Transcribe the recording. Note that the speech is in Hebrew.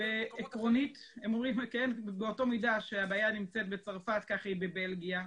ועקרונית הם אומרים שבאותה מידה שהבעיה נמצאת בצרפת כך היא בבלגיה,